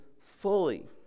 fully